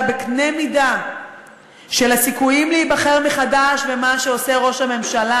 בקנה מידה של הסיכויים להיבחר מחדש" ומה שעושה ראש הממשלה